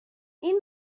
این